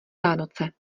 vánoce